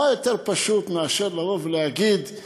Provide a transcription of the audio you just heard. מה יותר פשוט מאשר להגיד: